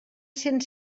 cent